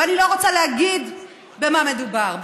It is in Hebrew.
ואני לא רוצה להגיד במה מדובר.